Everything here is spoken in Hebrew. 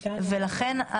לכן,